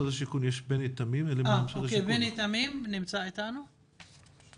נעבור למשרד השיכון, בני תמים אתנו?